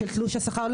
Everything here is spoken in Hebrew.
של תלוש השכר?